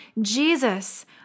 Jesus